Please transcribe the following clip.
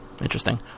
Interesting